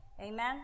Amen